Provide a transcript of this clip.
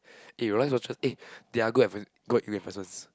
eh Rolex watches eh they are good eh good investments